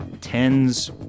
tens